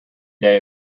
day